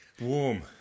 Warm